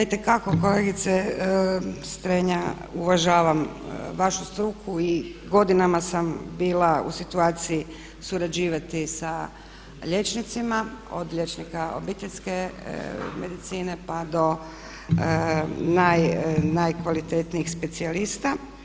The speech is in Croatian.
Ja itekako kolegice Strenja uvažavam vašu struku i godinama sam bila u situaciji surađivati sa liječnicima, od liječnika obiteljske medicine pa do najkvalitetnijih specijalista.